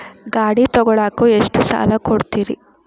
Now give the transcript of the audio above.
ಗಾಡಿ ತಗೋಳಾಕ್ ಎಷ್ಟ ಸಾಲ ಕೊಡ್ತೇರಿ?